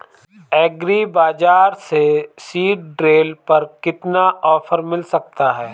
Agree बाजार से seed drill पर कितना ऑफर मिल सकता है?